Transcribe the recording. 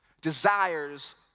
desires